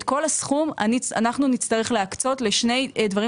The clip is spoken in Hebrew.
את כל הסכום נצטרך להקצות לשני דברים